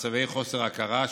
מצבי חוסר הכרה,